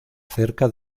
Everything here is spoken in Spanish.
cerca